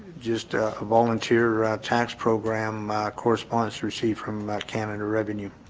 just a volunteer tax program corresponds to received from about canada revenue